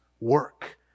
work